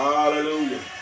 Hallelujah